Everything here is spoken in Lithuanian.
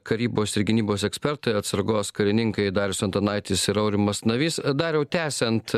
karybos ir gynybos ekspertai atsargos karininkai darius antanaitis ir aurimas navys dariau tęsiant